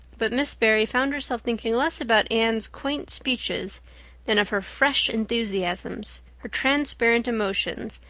but miss barry found herself thinking less about anne's quaint speeches than of her fresh enthusiasms, her transparent emotions,